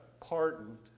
pardoned